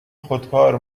خودکار